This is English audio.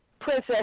Princess